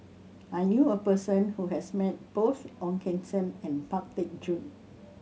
I knew a person who has met both Ong Keng Sen and Pang Teck Joon